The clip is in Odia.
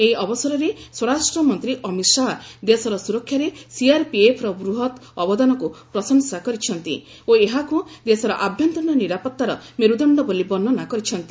ଏହି ଅବସରରେ ସ୍ୱରାଷ୍ଟ୍ର ମନ୍ତ୍ରୀ ଅମିତ ଶାହା ଦେଶର ସୁରକ୍ଷାରେ ସିଆର୍ପିଏଫ୍ର ବୃହତ ଅବଦାନକୁ ପ୍ରଶଂସା କରିଛନ୍ତି ଓ ଏହାକୁ ଦେଶର ଆଭ୍ୟନ୍ତରୀଣ ନିରାପତ୍ତାର ମେରୁଦଣ୍ଡ ବୋଲି ବର୍ଷନା କରିଛନ୍ତି